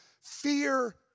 fear